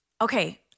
Okay